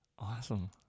Awesome